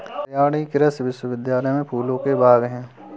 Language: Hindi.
हरियाणा कृषि विश्वविद्यालय में फूलों के बाग हैं